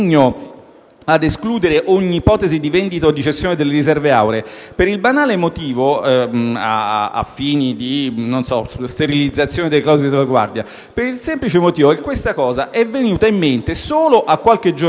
a escludere ogni ipotesi di vendita o di cessione delle riserve auree a fini di sterilizzazione delle clausole di salvaguardia, per il semplice motivo che questa ipotesi è venuta in mente solo a qualche giornalista